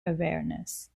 awareness